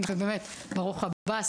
נלחם ובאמת ברוך הבא,